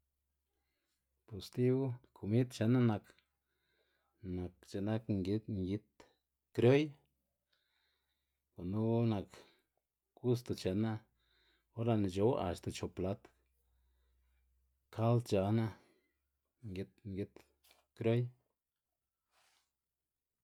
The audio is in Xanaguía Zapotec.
Bus stibu komid chenná nak nak c̲h̲inak ngid ngid krioy gunu nak gusto chenná, or lë'ná c̲h̲ow axta chop plat kald c̲h̲aná ngid ngid krioy.